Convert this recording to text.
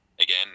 again